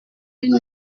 une